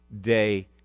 day